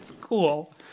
cool